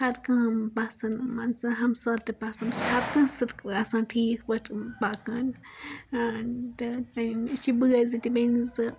ہر کٲم پَسنٛد مان ژٕ ہمساے تہِ پَسنٛد ہر کانٛہہ سٕژ آسان ٹھیٖک پٲٹھۍ پکان تہٕ مےٚ چھِ بٲے زٕ تہِ بیٚنہِ زٕ